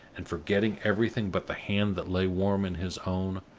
and, forgetting everything but the hand that lay warm in his own,